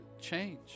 change